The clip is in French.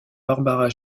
barbara